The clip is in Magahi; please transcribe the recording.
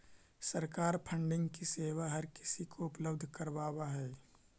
सरकार फंडिंग की सेवा हर किसी को उपलब्ध करावअ हई